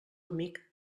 amic